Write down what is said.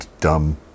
dumb